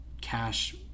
cash